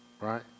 right